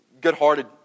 good-hearted